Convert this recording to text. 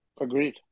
Agreed